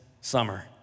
summer